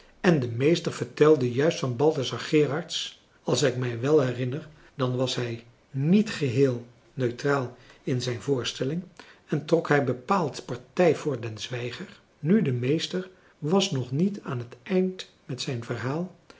en de meester vertelde juist van balthazar gerards als ik mij wel herinner dan was hij niet geheel françois haverschmidt familie en kennissen neutraal in zijn voorstelling en trok hij bepaald partij voor den zwijger nu de meester was nog niet aan het eind met zijn verhaal